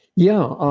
yeah.